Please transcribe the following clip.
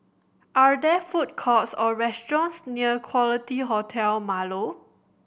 are there food courts or restaurants near Quality Hotel Marlow